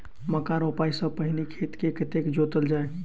मक्का रोपाइ सँ पहिने खेत केँ कतेक जोतल जाए?